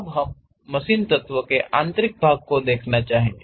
अब हम उस मशीन तत्व के आंतरिक भाग को देखना चाहेंगे